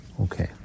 Okay